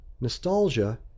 Nostalgia